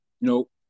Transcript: Nope